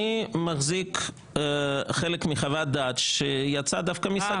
אני מחזיק חלק מחוות דעת שיצאה דווקא משגית.